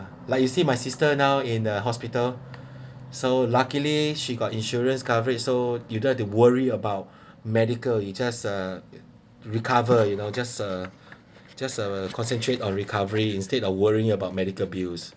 like you see my sister now in a hospital so luckily she got insurance coverage so you don't have to worry about medical you just uh recover you know just uh just uh concentrate on recovery instead of worrying about medical bills